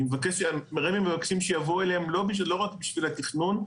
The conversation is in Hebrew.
מרמ"י מבקשים שיבואו אליהם לא רק בשביל התכנון,